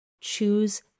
Choose